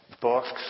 Books